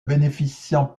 bénéficiant